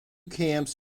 camps